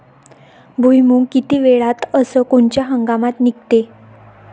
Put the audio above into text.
भुईमुंग किती वेळात अस कोनच्या हंगामात निगते?